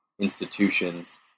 institutions